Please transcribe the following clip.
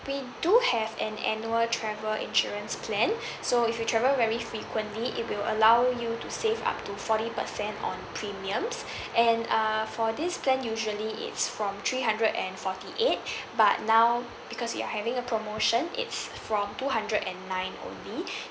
we do have an annual travel insurance plan so if you travel very frequently it will allow you to save up to forty percent on premiums and uh for this plan usually it's from three hundred and forty eight but now because we are having a promotion it's from two hundred and nine only